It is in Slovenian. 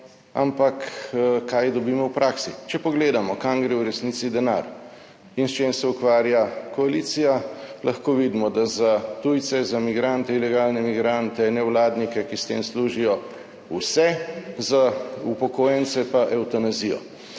Ampak kaj dobimo v praksi? Če pogledamo kam gre v resnici denar in s čim se ukvarja koalicija lahko vidimo, da za tujce, za migrante, ilegalne migrante, nevladnike, ki s tem služijo. Vse za upokojence pa evtanazijo.